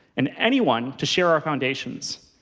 and anyone to share our foundations.